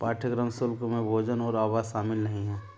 पाठ्यक्रम शुल्क में भोजन और आवास शामिल नहीं है